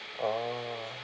oh